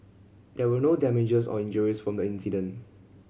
there were no damages or injuries from the incident